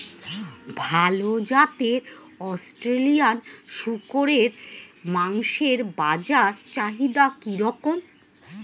ভাল জাতের অস্ট্রেলিয়ান শূকরের মাংসের বাজার চাহিদা কি রকম?